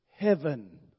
heaven